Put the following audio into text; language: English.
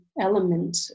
element